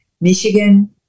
Michigan